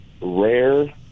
rare